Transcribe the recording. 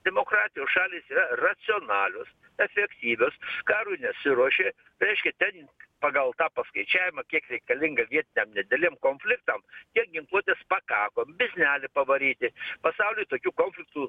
demokratijos šalys yra racionalios efektyvios karui nesiruošė tai reiškia ten pagal tą paskaičiavimą kiek reikalinga vietiniam nedideliem konfliktam tiek ginkluotės pakako biznelį pavaryti pasauly tokių konfliktų